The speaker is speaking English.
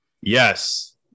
yes